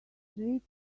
street